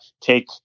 take